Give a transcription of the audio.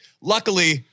luckily